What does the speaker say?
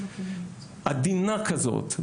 עדינה כזאת,